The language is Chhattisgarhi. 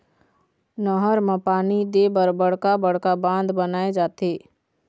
नहर म पानी दे बर बड़का बड़का बांध बनाए जाथे